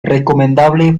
recomendable